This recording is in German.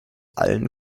allen